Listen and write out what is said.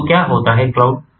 तो क्या होता है क्लाउड